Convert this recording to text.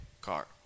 car